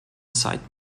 zeit